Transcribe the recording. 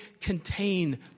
contain